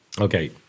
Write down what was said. Okay